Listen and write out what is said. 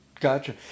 Gotcha